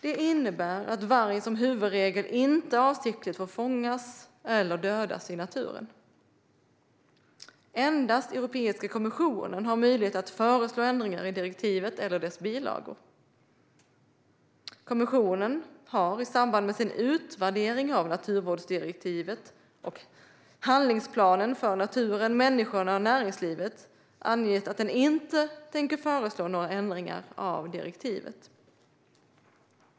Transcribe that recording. Det innebär att vargen som huvudregel inte avsiktligt får fångas eller dödas i naturen. Endast Europeiska kommissionen har möjlighet att föreslå ändringar i direktivet eller dess bilagor. Kommissionen har i samband med sin utvärdering av naturvårdsdirektiven och handlingsplan för naturen, människorna och näringslivet angett att den inte tänker föreslå några ändringar av direktivet.